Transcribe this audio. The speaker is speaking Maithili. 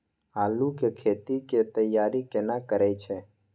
आलू के खेती के तैयारी केना करै छै?